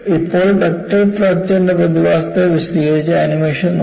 ഇപ്പോൾ ഡക്റ്റൈൽ ഫ്രാക്ചർന്റെ പ്രതിഭാസത്തെ വിശദീകരിച്ച് ആനിമേഷൻ നോക്കാം